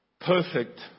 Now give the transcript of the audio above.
Perfect